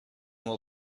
will